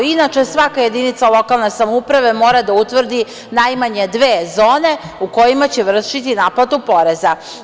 Inače, svaka jedinica lokalne samouprave mora da utvrdi najmanje dve zone u kojima će vršiti naplatu poreza.